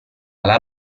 alla